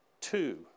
Two